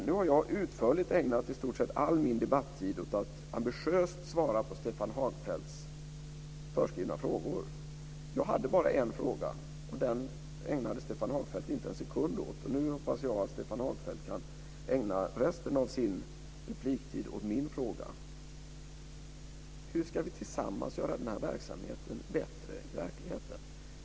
Nu har jag utförligt ägnat i stort sett all min debattid åt att ambitiöst svara på Stefan Hagfeldts förskrivna frågor. Jag hade bara en fråga, och den ägnade Stefan Hagfeldt inte en sekund åt. Nu hoppas jag att Stefan Hagfeldt kan ägna resten av sin debattid åt min fråga: Hur ska vi tillsammans göra den här verksamheten bättre i verkligheten?